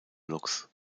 luchs